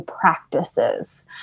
Practices